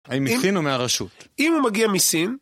‫האם הבחינו מהרשות? ‫-אם הוא מגיע מסין...